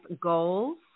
goals